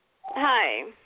Hi